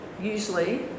usually